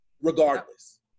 regardless